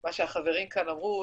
מה שהחברים כאן אמרו,